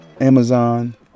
Amazon